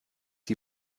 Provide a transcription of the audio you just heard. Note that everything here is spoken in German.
die